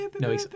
No